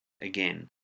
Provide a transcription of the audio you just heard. again